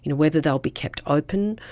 you know whether they will be kept open,